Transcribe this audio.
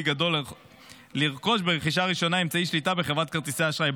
גדול לרכוש ברכישה ראשונה אמצעי שליטה בחברת כרטיסי אשראי.